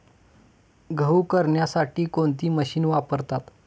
गहू करण्यासाठी कोणती मशीन वापरतात?